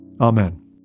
Amen